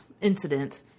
incident